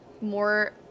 more